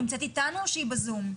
נמצאת איתנו או שהיא בזום?